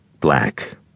black